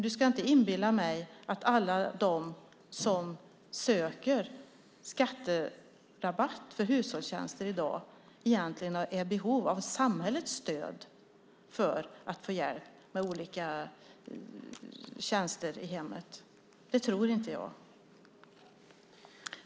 Du ska inte inbilla mig att alla de som söker skatterabatt för hushållstjänster i dag egentligen är i behov av samhällets stöd för att få hjälp med olika tjänster i hemmet. Det tror inte jag.